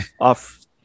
off